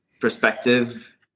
perspective